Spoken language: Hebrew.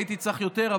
הייתי צריך יותר,